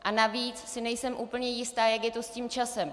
A navíc si nejsem úplně jistá, jak je to s tím časem.